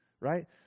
right